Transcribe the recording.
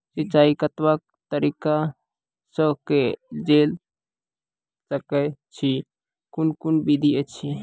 सिंचाई कतवा तरीका सअ के जेल सकैत छी, कून कून विधि ऐछि?